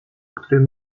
którym